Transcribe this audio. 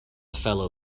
fellow